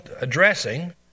addressing